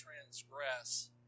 transgress